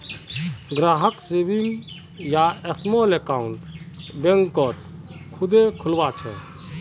ग्राहक सेविंग या small account बैंकत खुदे खुलवा छे